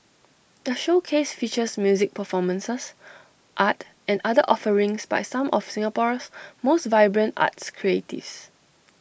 the showcase features music performances art and other offerings by some of Singapore's most vibrant arts creatives